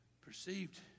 perceived